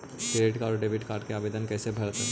Credit और debit card के आवेदन कैसे भरैतैय?